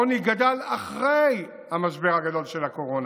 העוני גדל אחרי המשבר הגדול של הקורונה,